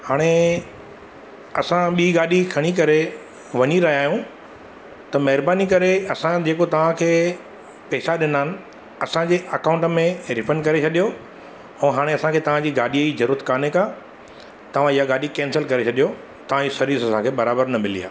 हाणे असां ॿी गाॾी खणी करे वञी रहिया आहियूं त महिरबानी करे असांजो जेको तव्हांखे पेसा ॾिना आहिनि असांजे अकाउंट में हीअ रीफंड करे छॾियो ऐं हाणे असांखे तव्हांजी ॻाडीअ जी जरूरत कोन्हे काई तव्हां ईहा गाॾी कैंसिल करे छॾियो तव्हांजी सर्विस असांखे बराबरि न मिली आहे